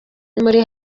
muri